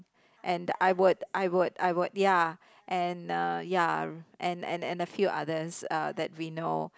and I would I would I would ya and uh ya and and and a few others that we know